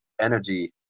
energy